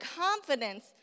confidence